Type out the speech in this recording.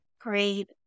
Great